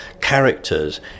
characters